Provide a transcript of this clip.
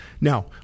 now